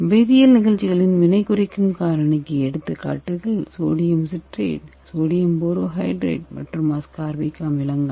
வேதியல் நிகழ்ச்சிகளின் வினை குறைக்கும் காரணிக்கு எடுத்துக்காட்டுகள் சோடியம் சிட்ரேட் சோடியம் போரோஹைட்ரேட் மற்றும் அஸ்கார்பிக் அமிலம்